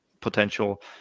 potential